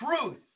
truth